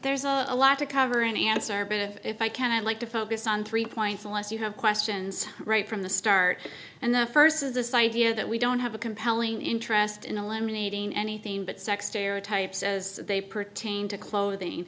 there's a lot to cover an answer but if i can i like to focus on three points unless you have questions right from the start and the first is a psyche a that we don't have a compelling interest in eliminating anything but sex stereotypes as they pertain to clothing